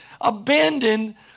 abandon